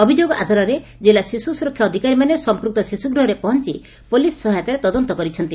ଅଭିଯୋଗ ଆଧାରରେ ଜିଲ୍ଲା ଶିଶୁ ସୁରକ୍ଷା ଅଧିକାରୀମାନେ ସମ୍ମୁକ୍ତ ଶିଶ୍ୱଗୃହରେ ପହଞ୍ ପୋଲିସ ସହାୟତାରେ ତଦନ୍ତ କରିଛନ୍ତି